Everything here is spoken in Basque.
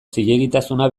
zilegitasuna